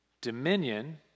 dominion